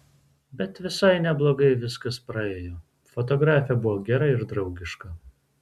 bet visai neblogai viskas praėjo fotografė buvo gera ir draugiška